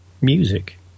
music